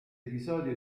episodio